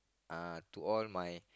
uh to all my